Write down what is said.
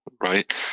right